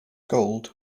gold